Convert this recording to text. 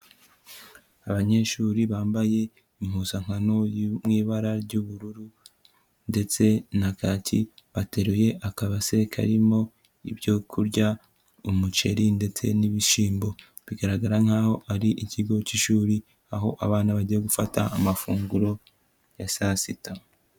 Abanyeshuri bambaye impuzankano mu ibara ry'ubururu ndetse na kaki, bateruye akabase karimo ibyo kurya umuceri ndetse n'ibishyimbo, bigaragara nk'aho ari ikigo cy'ishuri aho abana bajya gufata amafunguro ya saa sita.